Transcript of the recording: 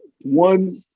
one